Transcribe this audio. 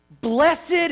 blessed